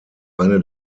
eine